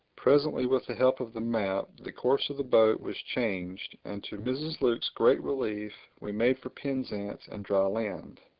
presently with the help of the map the course of the boat was changed and, to mrs. luke's great relief, we made for penzance and dry land.